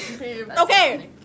Okay